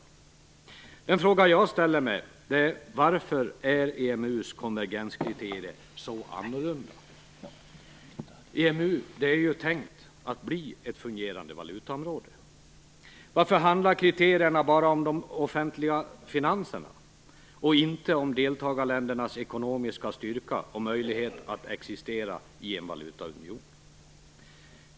Den fråga jag ställer mig är varför EMU:s konvergenskriterier är så annorlunda. EMU är ju tänkt att bli ett fungerande valutaområde. Varför handlar kriterierna bara om de offentliga finanserna och inte om deltagarländernas ekonomiska styrka och möjlighet att existera i en valutaunion?